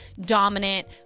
dominant